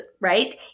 right